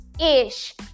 ish